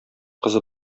кызы